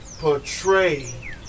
portray